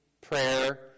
prayer